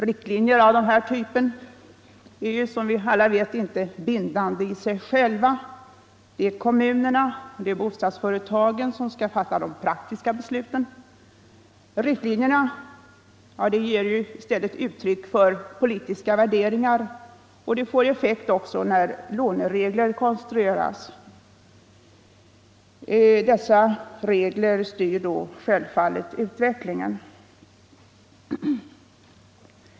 Riktlinjer av den här typen är, som vi alla vet, inte bindande i sig själva. Det är kommunerna, det är bostadsföretagen som skall fatta de praktiska besluten. Riktlinjerna ger i stället uttryck för politiska värderingar, och de får effekt också när låneregler konstrueras. Dessa regler styr då självfallet utvecklingen.